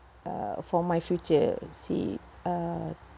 uh for my future see uh